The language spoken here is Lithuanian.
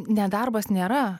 nedarbas nėra